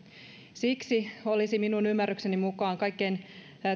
siksi olisi minun ymmärrykseni mukaan kaikkein